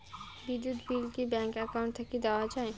বিদ্যুৎ বিল কি bank account থাকি দেওয়া য়ায়?